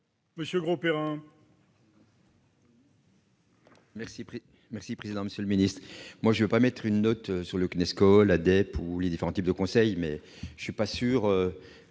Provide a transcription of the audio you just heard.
Monsieur Grosperrin,